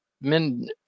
men